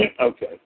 Okay